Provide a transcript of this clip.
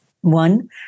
one